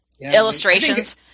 illustrations